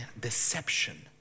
deception